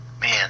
Man